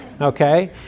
okay